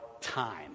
time